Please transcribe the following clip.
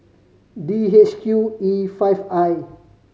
D H Q E five I